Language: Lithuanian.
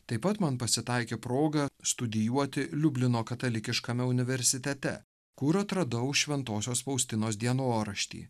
taip pat man pasitaikė proga studijuoti liublino katalikiškame universitete kur atradau šventosios faustinos dienoraštį